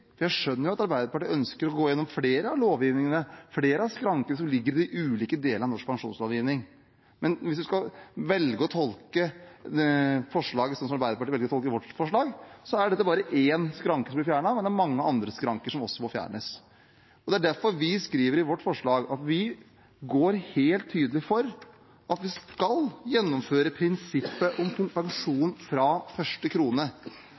Jeg skjønner at Arbeiderpartiet ønsker å gå igjennom flere av skrankene som ligger i de ulike delene av norsk pensjonslovgivning. Hvis man skal velge å tolke forslaget sånn som Arbeiderpartiet velger å tolke vårt forslag, er det bare én skranke som blir fjernet, men det er mange andre skranker som også må fjernes. Det er derfor vi skriver i vårt forslag at vi helt tydelig er for at vi skal gjennomføre prinsippet om pensjon fra første krone.